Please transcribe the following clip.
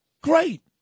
Great